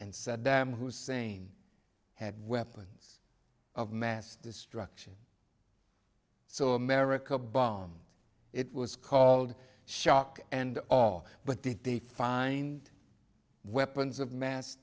and saddam hussein had weapons of mass destruction so america bombed it was called shock and awe but did they find weapons of mass